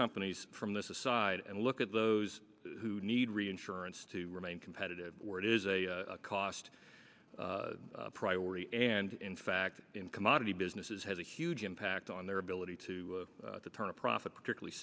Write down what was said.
companies from this aside and look at those who need reinsurance to remain competitive where it is a cost priority and in fact in commodity businesses had a huge impact on their ability to turn a profit particularly